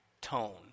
tone